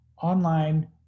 Online